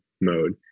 mode